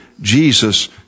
Jesus